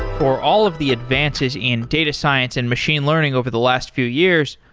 for all of the advances in data science and machine learning over the last few years,